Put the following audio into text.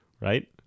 Right